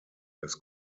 dass